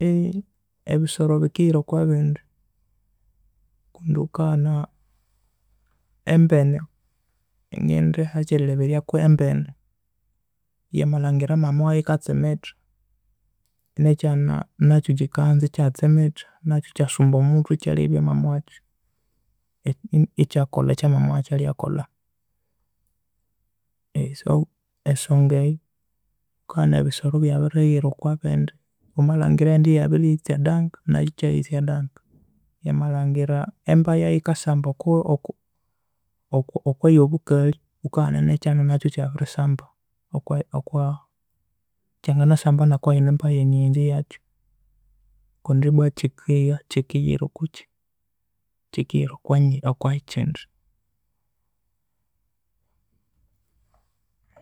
Ebisoro bikighira okwa bindi kundi ghukabana embene ngindiha ekyerilheberyako ekye mbene yamalhangira mama waghu ghikatsimitha nekyana nakyu kyikanza ekyatsimitha nakyu ekyssumba omuthwe ekyalhebya mama wakyu ekyakakolha mama wakyu alhyakolha, so esonga eyu ghukabana ebisoro ebyabirigha okwabindi wamalhangira embaya eyikasamba okwa okwa yobukalhi ghukabana nekyana nakyu akya birisamba okwa okwa kyanganasamba nokwa yindi embaya nyighenzi yakyu kundi ibwa kikigha kikighira okwa oku kindi.